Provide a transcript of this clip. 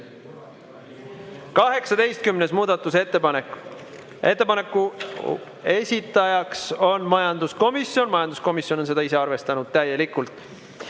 18. muudatusettepanek, ettepaneku esitaja on majanduskomisjon, majanduskomisjon on seda ise arvestanud täielikult.